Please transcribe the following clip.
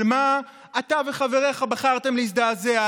ממה אתה וחבריך בחרתם להזדעזע?